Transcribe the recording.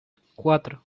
cuatro